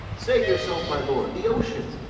save yourself, my lord the ocean,